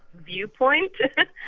viewpoint